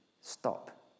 stop